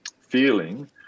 feeling